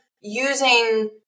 using